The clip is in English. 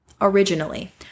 originally